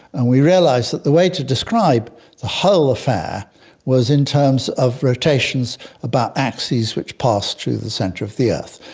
and we realised that the way to describe the whole affair was in terms of rotations about axes which passed through the centre of the earth,